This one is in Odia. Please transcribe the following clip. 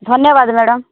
ଧନ୍ୟବାଦ ମ୍ୟାଡ଼ାମ